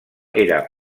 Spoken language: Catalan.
era